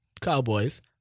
Cowboys